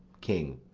king.